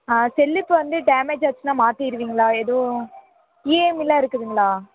ஆ செல்லு இப்போ வந்து டேமேஜ் ஆச்சுனா மாத்திடுவிங்களா எதுவும் இஎம்ஐலாம் இருக்குதுங்களா